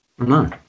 No